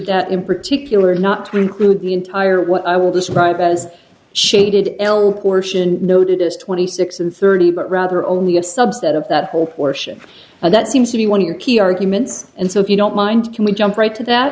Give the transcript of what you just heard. that in particular not to include the entire what i would describe as shaded portion notice twenty six and thirty but rather only a subset of that whole portion and that seems to be one of your key arguments and so if you don't mind can we jump right to that